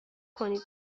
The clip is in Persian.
کنید